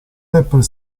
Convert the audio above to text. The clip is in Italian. rapper